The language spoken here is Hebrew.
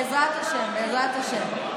בעזרת השם.